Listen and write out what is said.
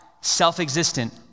self-existent